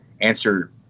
answer